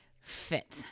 fit